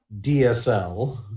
DSL